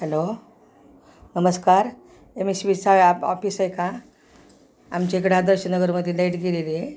hello नमस्कार M S E B चाय office आहे का आमच्या इकडं आदर्श नगरमध्ये लायेट गलेली